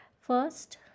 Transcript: first